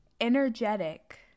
energetic